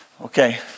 Okay